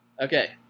Okay